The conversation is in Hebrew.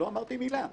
לא אמרתי מילה.